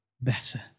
better